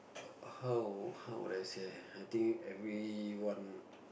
how how would I say I think everyone